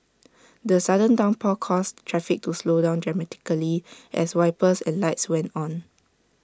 the sudden downpour caused traffic to slow down dramatically as wipers and lights went on